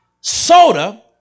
soda